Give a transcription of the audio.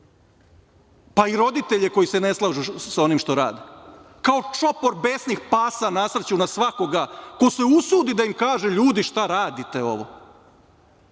pa i roditelje koji se ne slažu sa onim što rade? Kao čopor besnih pasa nasrću na svakoga ko se usudi da im kaže - ljudi šta radite ovo.